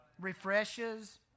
Refreshes